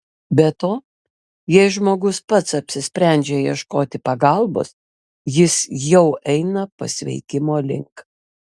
be to jei žmogus pats apsisprendžia ieškoti pagalbos jis jau eina pasveikimo link